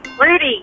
Rudy